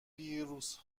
ویروس